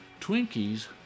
Twinkies